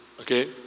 Okay